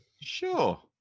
Sure